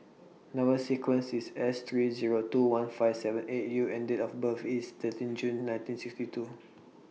Number sequence IS S three Zero two one five seven eight U and Date of birth IS thirteen June nineteen sixty two